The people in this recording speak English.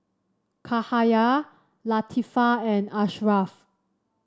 Cahaya Latifa and Ashraff